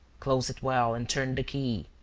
close it well, and turn the key.